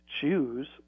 choose